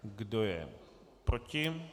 Kdo je proti?